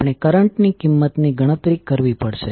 આપણે કરંટ ની કિંમતની ગણતરી કરવી પડશે